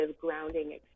grounding